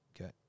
Okay